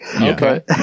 Okay